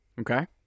Okay